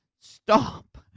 stop